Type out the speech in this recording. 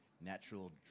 natural